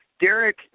Derek